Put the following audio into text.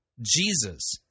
Jesus